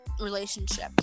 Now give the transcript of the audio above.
relationship